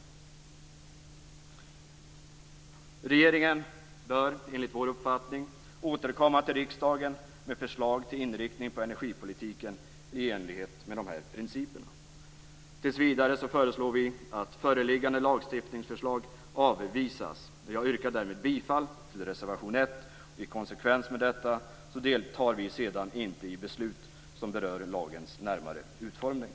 Regeringen bör enligt vår uppfattning återkomma till riksdagen med förslag till inriktning på energipolitiken i enlighet med de här principerna. Tills vidare föreslår vi att föreliggande lagstiftningsförslag avvisas. Jag yrkar därmed bifall till reservation 1 och i konsekvens med detta deltar vi sedan inte i beslut som berör lagens närmare utformning.